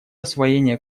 освоение